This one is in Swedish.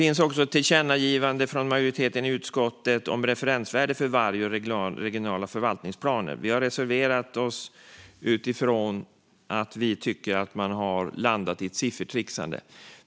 Majoriteten i utskottet föreslår också ett tillkännagivande om referensvärdet för varg och regionala förvaltningsplaner. Vi har reserverat oss utifrån att vi tycker att man har landat i ett siffertrixande.